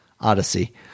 Odyssey